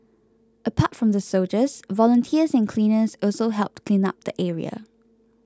apart from the soldiers volunteers and cleaners also helped clean up the area